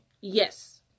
Yes